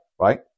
right